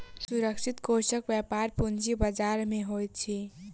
सुरक्षित कोषक व्यापार पूंजी बजार में होइत अछि